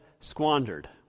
squandered